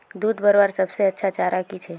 दूध बढ़वार सबसे अच्छा चारा की छे?